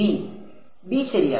b ശരിയാണ്